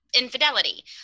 infidelity